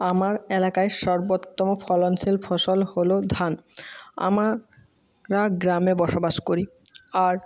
আমার এলাকায় সর্বোত্তম ফলনশীল ফসল হল ধান আমারা গ্রামে বসবাস করি আর